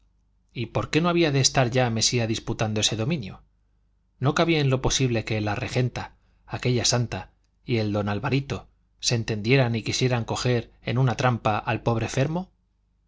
y por qué no había de estar ya mesía disputando ese dominio no cabía en lo posible que la regenta aquella santa y el don alvarito se entendieran y quisieran coger en una trampa al pobre fermo